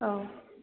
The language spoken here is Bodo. औ